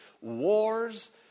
wars